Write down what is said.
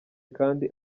kandi